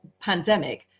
pandemic